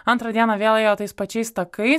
antrą dieną vėl ėjo tais pačiais takais